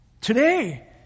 Today